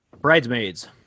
Bridesmaids